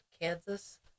Kansas